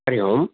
Hari Om